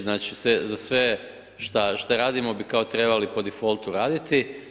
Znači za sve što radimo, bi kao trebali po defoltu raditi.